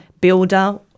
builder